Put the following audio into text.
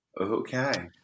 Okay